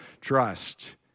Trust